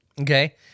Okay